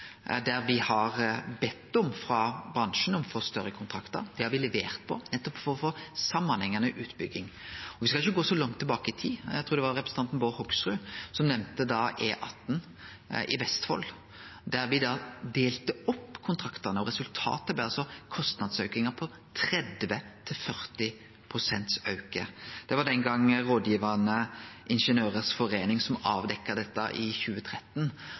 der bransjen har bedt oss om å få større kontraktar. Det har me levert på, nettopp for å få samanhengande utbygging. Og me skal ikkje gå så langt tilbake i tid. Eg trur det var representanten Bård Hoksrud som nemnde E18 i Vestfold, der me delte opp kontraktane, og resultatet blei altså kostnadsaukingar på 30–40 pst. Det var den gongen Rådgivende Ingeniørers Forening som avdekte dette, i 2013,